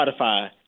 Spotify